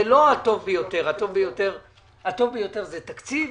זה לא הטוב ביותר, הטוב ביותר זה תקציב.